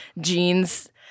jeans